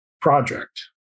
project